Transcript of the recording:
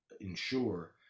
ensure